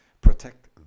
protect